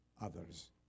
others